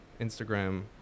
instagram